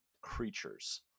creatures